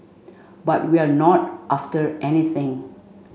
but we're not after anything